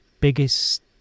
biggest